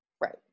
Right